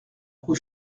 rue